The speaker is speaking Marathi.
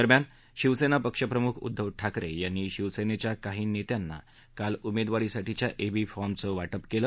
दरम्यान शिवसेना पक्षप्रमुख उद्दव ठाकरे यांनी शिवसेनेच्या काही नेत्यांना काल उमेदवारीसाठीच्या एबी फॉर्मचं वाटप केलं